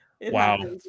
wow